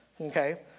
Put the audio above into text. okay